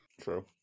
True